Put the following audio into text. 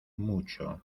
mucho